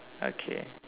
okay